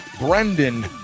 Brendan